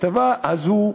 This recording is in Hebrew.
ההטבה הזאת,